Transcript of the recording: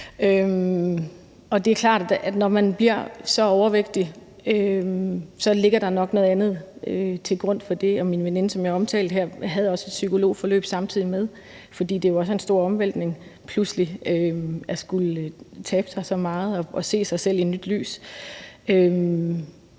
når man bliver så overvægtig, ligger der nok noget andet til grund for det. Min veninde, som jeg omtalte her, havde også et psykologforløb samtidig med, fordi det jo også er en stor omvæltning pludselig at skulle tabe sig så meget og se sig selv i et nyt lys.